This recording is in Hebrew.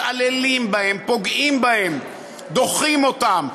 מתעללים בהם, פוגעים בהם, דוחים אותם.